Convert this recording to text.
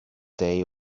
day